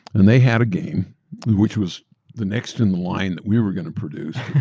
and they had a game which was the next in line that we were going to produce,